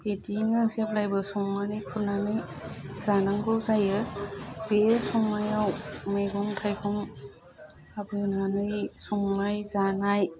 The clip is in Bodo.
बिदिनो जेब्लायबो संनानै खुरनानै जानांगौ जायो बे संनायाव मैगं थाइगं लाबोनानै संनाय जानाय